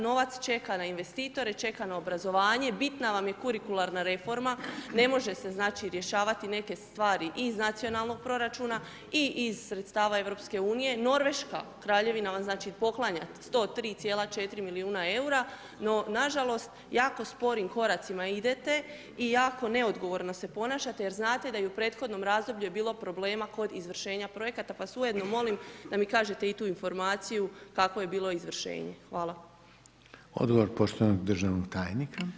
Novac čeka na investitore, čeka na obrazovanje, bitna vam je kurikularna reforma, ne može se rješavati neke stvari iz nacionalnog proračuna i iz sredstava EU, Norveška, kraljevina vam poklanja 103,4 milijuna eura, no nažalost jako sporim koracima idete i jako neodgovorno se ponašate, jer znate da je u prethodnom razdoblju bilo problema kod izvršenja projekata, pa vas ujedno molim, da mi kažete i tu informaciju, kakvo je bilo izvršenje.